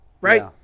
right